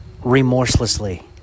remorselessly